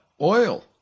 Oil